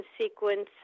sequence